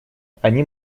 они